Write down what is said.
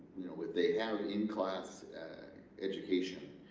you know if they have an in-class education